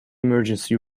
emergency